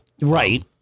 Right